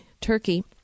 Turkey